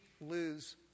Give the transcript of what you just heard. lose